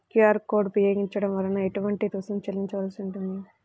QR code ఉపయోగించటం వలన ఏటువంటి రుసుం చెల్లించవలసి ఉంటుంది?